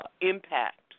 Impact